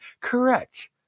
Correct